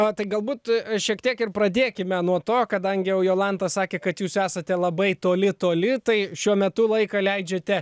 jo tai galbūt šiek tiek ir pradėkime nuo to kadangi jolanta sakė kad jūs esate labai toli toli tai šiuo metu laiką leidžiate